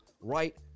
right